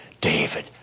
David